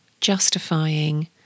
justifying